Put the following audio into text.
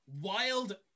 wild